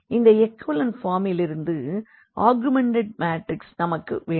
இந்த எக்கலன் ஃபார்மிலிருந்து augmented matrix நமக்கு வேண்டும்